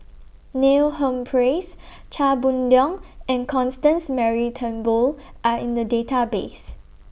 Neil Humphreys Chia Boon Leong and Constance Mary Turnbull Are in The Database